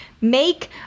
make